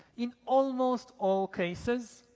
in almost all cases,